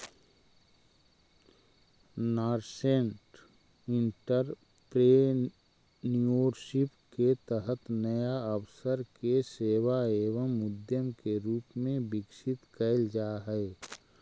nascent entrepreneurship के तहत नया अवसर के सेवा एवं उद्यम के रूप में विकसित कैल जा हई